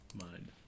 mind